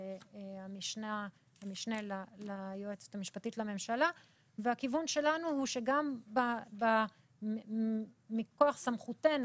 המשנה ליועצת המשפטית לממשלה והכיוון שלנו הוא שגם מכוח סמכותנו,